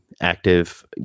active